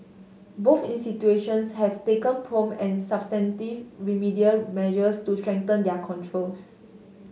both institutions have taken prompt and substantive remedial measures to strengthen their controls